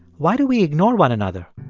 why do we ignore one another?